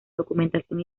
documentación